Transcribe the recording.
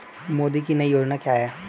मोदी की नई योजना क्या है?